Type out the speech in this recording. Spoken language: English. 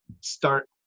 start